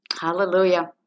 Hallelujah